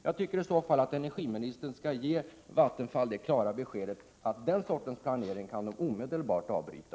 Jag tycker att energiministern skall ge Vattenfall ett klart besked om att man omedelbart kan avbryta den sortens planering.